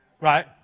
Right